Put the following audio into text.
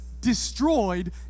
destroyed